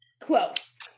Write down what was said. close